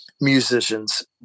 musicians